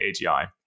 AGI